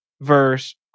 verse